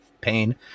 pain